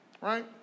Right